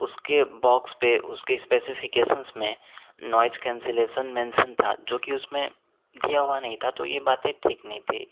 उसके बॉक्स पर उसके स्पेसिफिकेशन्स में न्वाइज कैन्सेलेशन मेंशन था जो कि उसमें दिया हुआ नहीं था तो यह बातें ठीक नहीं थी